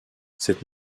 cette